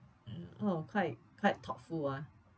mm oh quite quite thoughtful ah